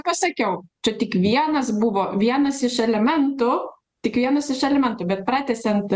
pasakiau čia tik vienas buvo vienas iš elementų tik vienas iš elementų bet pratęsiant